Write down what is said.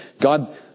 God